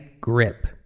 grip